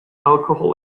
alcoholic